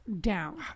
down